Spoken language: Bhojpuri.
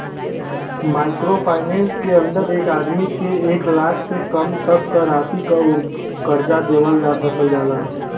माइक्रो फाइनेंस के अंदर एक आदमी के एक लाख से कम तक क राशि क कर्जा देवल जा सकल जाला